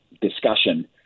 discussion